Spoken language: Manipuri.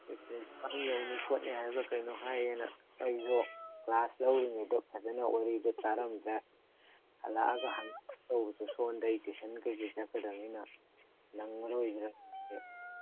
ꯄ꯭ꯔꯤꯟꯁꯤꯄꯥꯜ ꯌꯧꯅꯩ ꯈꯣꯠꯅꯩ ꯍꯥꯏꯕ꯭ꯔꯥ ꯀꯩꯅꯣ ꯍꯥꯏꯌꯦꯅ ꯑꯩꯁꯨ ꯀ꯭ꯂꯥꯁ ꯂꯧꯔꯤꯉꯩꯗ ꯐꯖꯅ ꯋꯥꯔꯤꯗꯨ ꯇꯥꯔꯝꯗ꯭ꯔꯦ ꯍꯜꯂꯛꯑꯒ ꯍꯪꯒꯦ ꯇꯧꯕꯁꯨ ꯁꯣꯝꯗꯒꯤ ꯇ꯭ꯌꯨꯁꯟ ꯀꯔꯤ ꯀꯔꯤ ꯆꯠꯀꯗꯝꯅꯤꯅ ꯅꯪꯉꯔꯣꯏꯗ꯭ꯔꯥ ꯍꯦꯛ